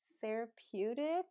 therapeutic